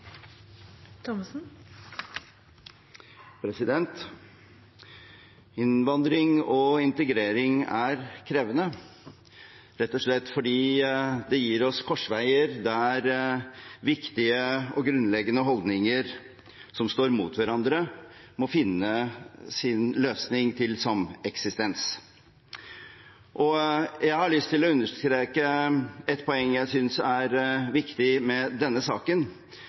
krevende rett og slett fordi det gir oss korsveier der viktige og grunnleggende holdninger som står mot hverandre, må finne sin løsning for sameksistens. Jeg har lyst til å understreke et poeng jeg synes er viktig i denne saken,